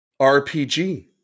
RPG